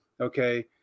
Okay